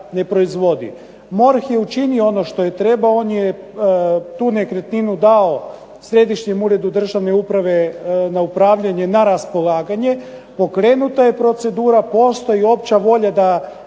MORH je učinio ono što je trebao. On je tu nekretninu dao Središnjem uredu državne uprave na upravljanje na raspolaganje, pokrenuta je procedura. Postoji opća volja da